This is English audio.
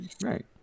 right